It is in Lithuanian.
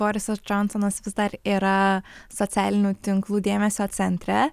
borisas džonsonas vis dar yra socialinių tinklų dėmesio centre